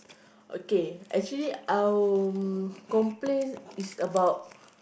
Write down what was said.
okay actually um complain is about